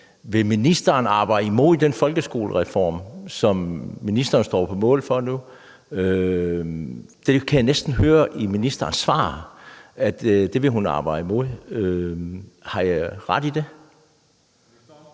vil ministeren arbejde imod den folkeskolereform, som ministeren står på mål for nu? Det kan jeg næsten høre på ministerens svar at hun vil. Har jeg ret i det?